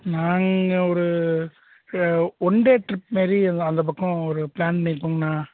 நாங்கள் ஒரு one day trip மாரி அந்த பக்கம் ஒரு ப்ளான் பண்ணியிருக்கோங்ண்ணா